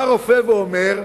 בא רופא ואומר: